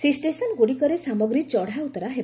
ସେହି ଷ୍ଟେସନ୍ଗ୍ରଡ଼ିକରେ ସାମଗ୍ରୀ ଚଢ଼ାଉତରା ହେବ